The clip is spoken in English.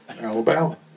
Alabama